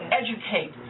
educate